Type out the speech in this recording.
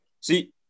See